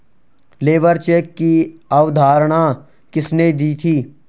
Labour check की अवधारणा किसने दी थी?